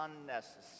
unnecessary